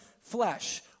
flesh